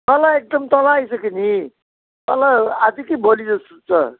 तल एकदम तलै आइसक्यो नि तल आज कि भोलि जस्तो छ